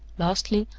lastly,